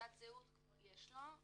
תעודת זהות כבר יש לו,